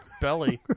belly